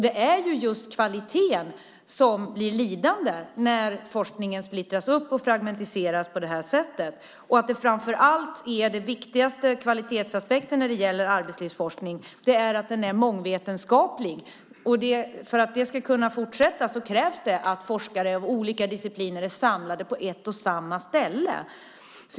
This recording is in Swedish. Det är just kvaliteten som blir lidande när forskningen splittras upp och fragmenteras på det här sättet. Den viktigaste kvalitetsaspekten när det gäller arbetslivsforskning är att den är mångvetenskaplig. För att det ska kunna fortsätta krävs det att forskare från olika discipliner är samlade på ett och samma ställe.